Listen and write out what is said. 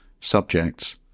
subjects